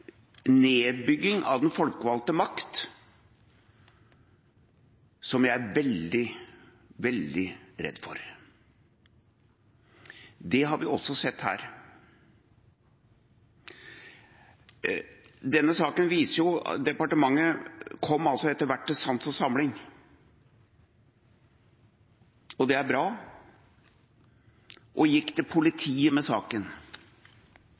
nedbygging av den folkevalgte makt som jeg er veldig, veldig redd for. Det har vi også sett her. Departementet kom etter hvert til sans og samling – det er bra – og gikk til politiet med saken,